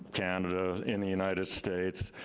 canada, in the united states,